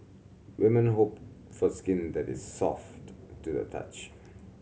women hope for skin that is soft to the touch